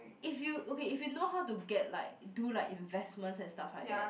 if you okay if you know get like do like investment and stuff like that